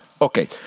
Okay